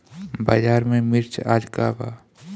बाजार में मिर्च आज का बा?